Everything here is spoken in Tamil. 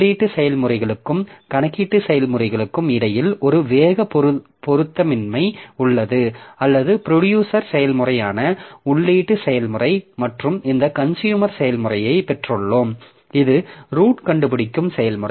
உள்ளீட்டு செயல்முறைக்கும் கணக்கீட்டு செயல்முறைக்கும் இடையில் ஒரு வேக பொருத்தமின்மை உள்ளது அல்லது ப்ரொடியூசர் செயல்முறையான உள்ளீட்டு செயல்முறை மற்றும் இந்த கன்சுயூமர் செயல்முறையை பெற்றுள்ளோம் இது ரூட் கண்டுபிடிக்கும் செயல்முறை